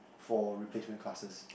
for replacement classes